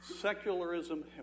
secularism